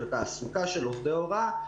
של התעסוקה של עובדי ההוראה,